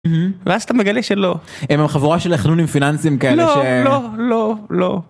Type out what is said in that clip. ואז אתה מגלה שלא, הם חבורה של חנונים פיננסיים כאלה. לא, לא, לא.